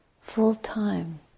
full-time